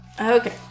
Okay